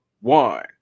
one